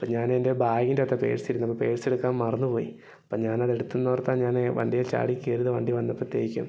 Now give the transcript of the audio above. ഇപ്പം ഞാനെന്റെ ബാഗിന്റെ അകത്താണ് പേർസ് ഇരുന്നത് പേഴ്സെടുക്കാൻ മറന്ന് പോയി അപ്പം ഞാൻ അത് എടുത്തെന്നാണ് ഓർത്തത് ഞാന് വണ്ടിയെച്ചാടി കയറിയത് വണ്ടി വന്നപ്പത്തേക്കും